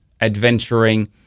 adventuring